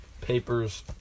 Papers